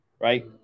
right